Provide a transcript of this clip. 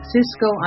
Cisco